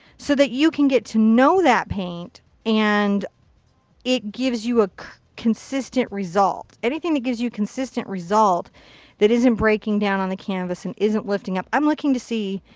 so that you can get to know that paint, and it gives you a consistent result. anything that gives you consistent result that isn't breaking breaking down on the canvas, and isn't lifting up. i'm looking to see,